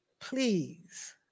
Please